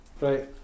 Right